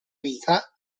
vita